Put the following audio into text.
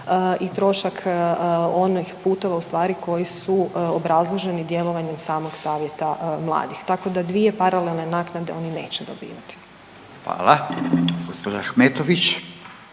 i trošak onih putova, ustvari koji su obrazloženi djelovanjem samog Savjeta mladih, tako da dvije paralelne naknade oni neće dobivati. **Radin, Furio